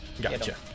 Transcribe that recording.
Gotcha